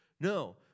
no